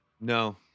No